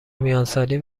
میانسالی